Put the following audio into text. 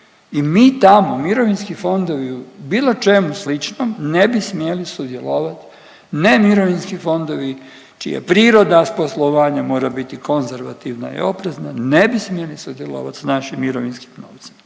i mi tamo, mirovinski fondovi i u bilo čemu slično ne bi smjeli sudjelovat. Ne mirovinski fondovi čija priroda s poslovanjem mora biti konzervativna i oprezna, ne bi smjeli sudjelovat s našim mirovinskim novcem.